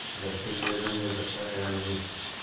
घर के लिए ऋण मिल सकता है या नहीं?